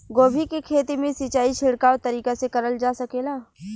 गोभी के खेती में सिचाई छिड़काव तरीका से क़रल जा सकेला?